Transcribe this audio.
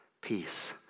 Peace